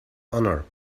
honor